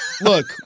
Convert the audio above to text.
look